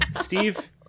Steve